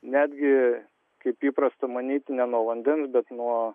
netgi kaip įprasta manyti ne nuo vandens bet nuo